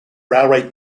railway